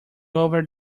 over